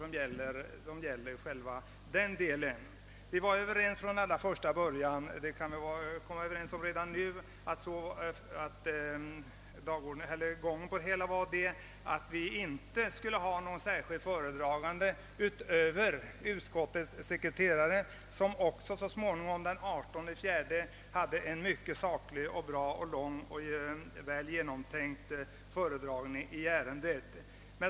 I utskottet var vi från allra första början överens om att inte ha någon särskild föredragande utöver utskottets sekreterare, som också den 18/4 presenterade en saklig och väl genomtänkt föredragning i ärendet.